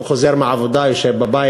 הוא חוזר מהעבודה, יושב בבית.